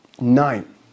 nine